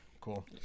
cool